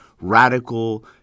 radical